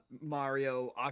Mario